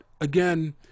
again